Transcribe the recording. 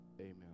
Amen